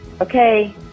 Okay